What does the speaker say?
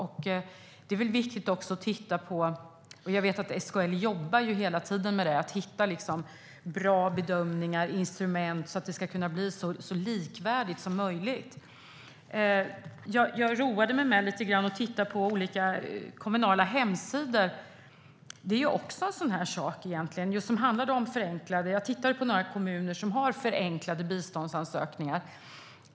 Jag vet att SKL hela tiden jobbar med att hitta bra bedömningar och instrument så att det ska kunna bli så likvärdigt som möjligt. Jag roade mig med att titta på olika kommunala hemsidor med förenklade biståndsansökningar.